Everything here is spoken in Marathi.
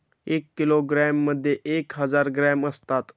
एक किलोग्रॅममध्ये एक हजार ग्रॅम असतात